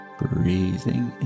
breathing